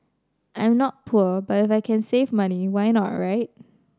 I'm not poor but if can save money why not right